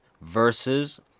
Versus